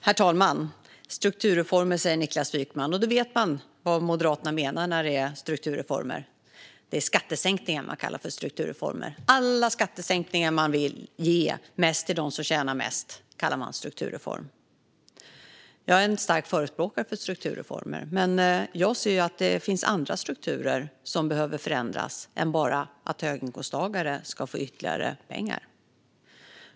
Herr talman! Strukturreformer, säger Niklas Wykman. Man vet vad det handlar om när Moderaterna talar om strukturreformer. Det är skattesänkningar som man kallar för strukturreformer. Alla skattesänkningar där man vill ge mest till dem som tjänar mest kallar man för strukturreformer. Jag är en stark förespråkare av strukturreformer, men jag ser att det finns andra strukturer som behöver förändras i stället för att bara höginkomsttagare ska få ytterligare pengar.